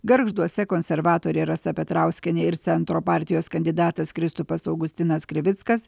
gargžduose konservatorė rasa petrauskienė ir centro partijos kandidatas kristupas augustinas krivickas